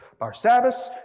Barsabbas